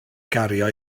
gario